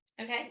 okay